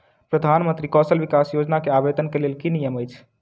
प्रधानमंत्री कौशल विकास योजना केँ आवेदन केँ लेल की नियम अछि?